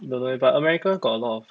don't know eh but america got a lot of